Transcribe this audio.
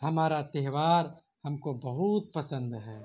ہمارا تہوار ہم کو بہت پسند ہے